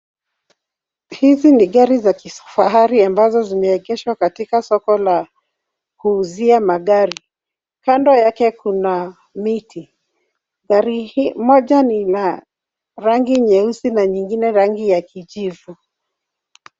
Hizi ni gari za kifahari ambazo zimeegeshwa katika soko la kuuzia magari. Kando yake kuna miti. Gari moja ni la rangi nyeusi na nyingine rangi ya kijivu.